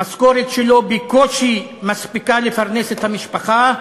המשכורת שלו בקושי מספיקה לפרנס את המשפחה,